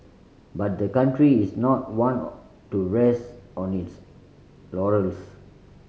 but the country is not one to rest on its laurels